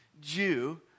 Jew